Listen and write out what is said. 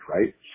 right